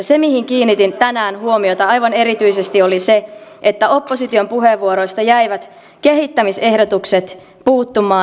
se mihin kiinnitin tänään huomiota aivan erityisesti oli se että opposition puheenvuoroista jäivät kehittämisehdotukset puuttumaan